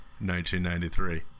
1993